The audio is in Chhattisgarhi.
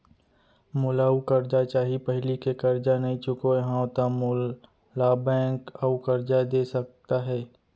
मोला अऊ करजा चाही पहिली के करजा नई चुकोय हव त मोल ला बैंक अऊ करजा दे सकता हे?